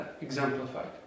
Exemplified